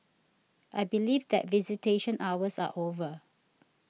I believe that visitation hours are over